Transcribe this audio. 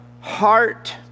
heart